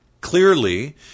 Clearly